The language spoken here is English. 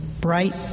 bright